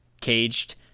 caged